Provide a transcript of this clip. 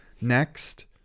Next